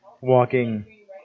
walking